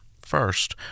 First